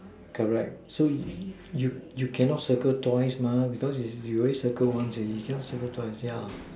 correct so you you cannot circle twice because you you already circled once already cannot circle twice yeah